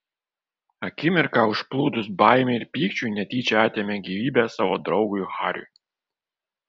akimirką užplūdus baimei ir pykčiui netyčia atėmė gyvybę savo draugui hariui